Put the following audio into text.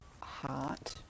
heart